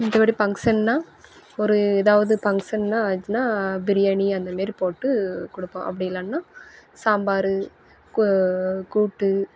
மத்தபடி பங்க்ஷன்னா ஒரு எதாவது பங்க்ஷன்னா வந்துச்சின்னா பிரியாணி அந்தமாரி போட்டு கொடுப்போம் அப்படி இல்லைன்னா சாம்பார் கூ கூட்டு